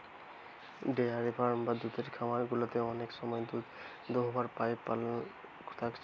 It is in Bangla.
ডেয়ারি ফার্ম বা দুধের খামার গুলাতে অনেক সময় দুধ দোহাবার পাইপ লাইন থাকতিছে